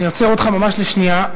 אני עוצר אותך ממש לשנייה.